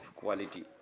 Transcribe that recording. quality